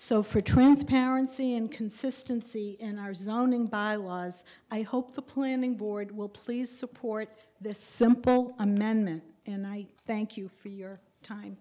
so for transparency and consistency in our zoning by was i hope the planning board will please support this simple amendment and i thank you for your time